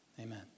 Amen